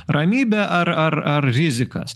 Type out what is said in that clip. ramybę ar ar ar rizikas